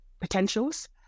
potentials